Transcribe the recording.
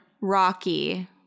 rocky